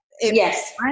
Yes